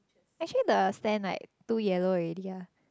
actually the sand like too yellow already ah